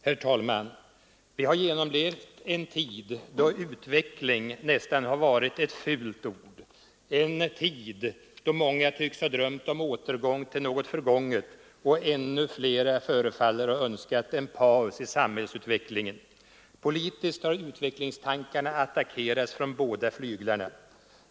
Herr talman! Vi har genomlevt en tid då utveckling nästan varit ett fult ord, en tid då många tycks ha drömt om återgång till något förgånget och då ännu flera förefaller att ha önskat en paus i samhällsutvecklingen. Politiskt har utvecklingstankarna attackerats från båda flyglarna.